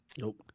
Nope